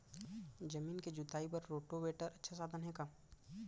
जमीन के जुताई बर रोटोवेटर अच्छा साधन हे का?